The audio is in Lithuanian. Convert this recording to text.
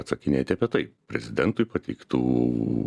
atsakinėti apie tai prezidentui pateiktų